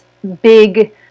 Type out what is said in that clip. big